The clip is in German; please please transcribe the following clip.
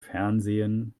fernsehen